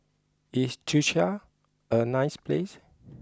is Czechia a nice place